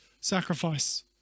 sacrifice